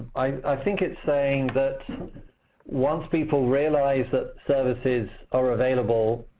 i think it's saying that once people realize that services are available,